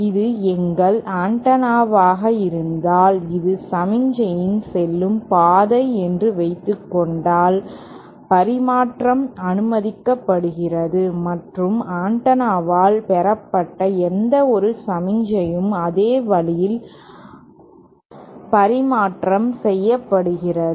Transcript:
இது எங்கள் ஆண்டெனாவாக இருந்தால் இது சமிக்ஞை செல்லும் பாதை என்று வைத்துகொண்டால் பரிமாற்றம் அனுமதிக்கப்படுகிறது மற்றும் ஆண்டெனாவால் பெறப்பட்ட எந்தவொரு சமிக்ஞையும் அதே வழியில் பரிமாற்றம் செய்யப்படுகிறது